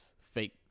fake